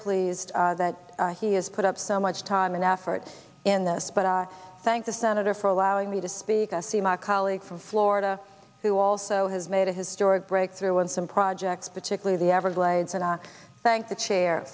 pleased that he has put up so much time and effort in this but i thank the senator for allowing me to speak i see my colleague from florida who also has made a historic breakthrough on some projects particularly the everglades and i thank the chair